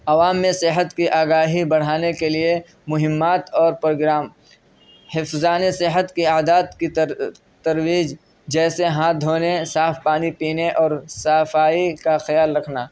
عوام میں صحت کی آگاہی بڑھانے کے لیے مہمات اور پروگرام حفظان صحت کے اعداد کی ترویج جیسے ہاتھ دھونے صاف پانی پینے اور صافائی کا خیال رکھنا